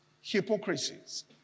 hypocrisies